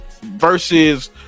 versus